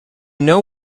know